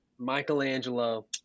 michelangelo